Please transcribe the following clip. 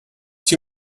too